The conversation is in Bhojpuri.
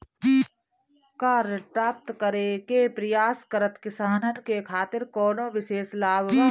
का ऋण प्राप्त करे के प्रयास करत किसानन के खातिर कोनो विशेष लाभ बा